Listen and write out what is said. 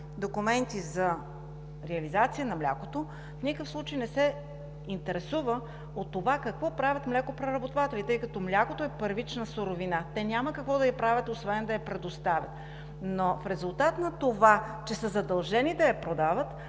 документи за реализация на млякото, в никакъв случай не се интересува от това какво правят млекопреработвателите, тъй като млякото е първична суровина. Те нямат какво да я правят освен да я предоставят. В резултат на това, че са задължени да я продават,